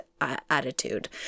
attitude